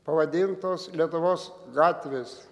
pavadintos lietuvos gatvės